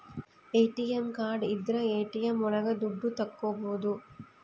ATM card ಇದ್ರ ATM ಒಳಗ ದುಡ್ಡು ತಕ್ಕೋಬೋದು